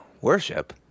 worship